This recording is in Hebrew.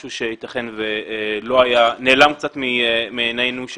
משהו שיתכן ונעלם קצת מעינינו,